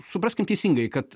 supraskim teisingai kad